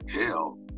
hell